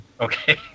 okay